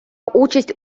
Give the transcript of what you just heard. участь